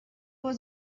was